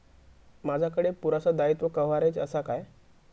माजाकडे पुरासा दाईत्वा कव्हारेज असा काय?